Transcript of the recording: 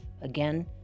again